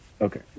Okay